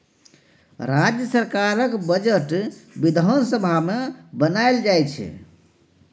राज्य सरकारक बजट बिधान सभा मे बनाएल जाइ छै